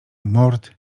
mord